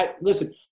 listen